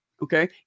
Okay